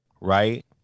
Right